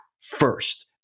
first